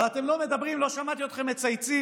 אבל אתם לא מדברים, לא שמעתי אתכם מצייצים